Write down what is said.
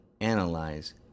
analyze